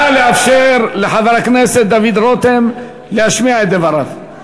נא לאפשר לחבר הכנסת דוד רותם להשמיע את דבריו.